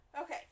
Okay